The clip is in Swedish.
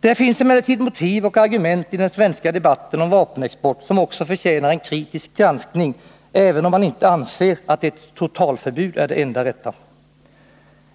Det finns emellertid motiv och argument i den svenska debatten om vapenexport som också förtjänar en kritisk granskning, även om man inte anser att ett totalförbud är det enda rätta.